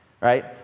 Right